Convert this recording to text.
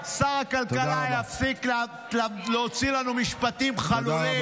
אולי שר הכלכלה יפסיק להמציא לנו משפטים חלולים,